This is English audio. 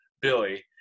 Billy